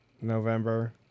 November